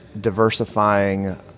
diversifying